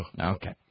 Okay